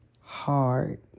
hard